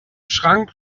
schrank